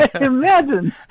Imagine